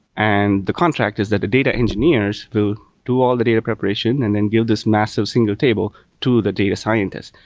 and the contract is that the data engineers who do all the data preparation and then build this massive single table to the data scientist.